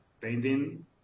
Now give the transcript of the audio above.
painting